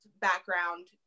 background